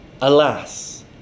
Alas